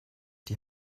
die